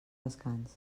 descans